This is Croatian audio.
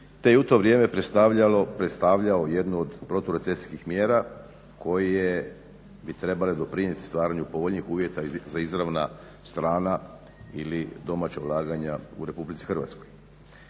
te je u to vrijeme predstavljao jednu od proturecesijskih mjera koje bi trebale doprinijeti stvaranju povoljnijih uvjeta za izravna strana ili domaća ulaganja u RH. Ono što